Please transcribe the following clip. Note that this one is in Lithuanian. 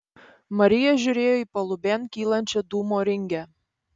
marija žiūrėjo į palubėn kylančią dūmo ringę